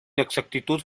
exactitud